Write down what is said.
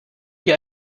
hier